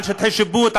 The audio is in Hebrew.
על שטחי שיפוט,